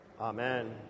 Amen